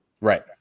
Right